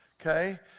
okay